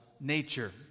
nature